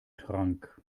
trank